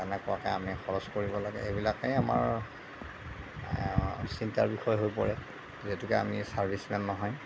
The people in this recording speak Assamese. কেনেকুৱাকে আমি খৰচ কৰিব লাগে এইবিলাকে আমাৰ চিন্তাৰ বিষয় হৈ পৰে যিহেতুকে আমি চাৰ্ভিছ মেন নহয়